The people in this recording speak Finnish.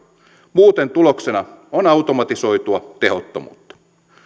muuten tuloksena on automatisoitua tehottomuutta